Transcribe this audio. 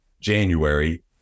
January